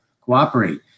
cooperate